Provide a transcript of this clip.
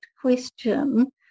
question